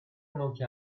نوک